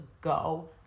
go